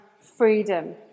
freedom